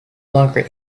longer